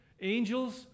Angels